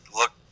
look